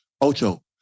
Ocho